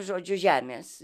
žodžiu žemės